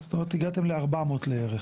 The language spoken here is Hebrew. זאת אומרת הגעתם ל-400 בערך.